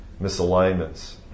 misalignments